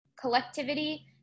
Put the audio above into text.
collectivity